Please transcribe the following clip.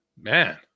man